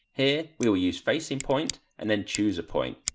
here we will use facing point and then choose a point,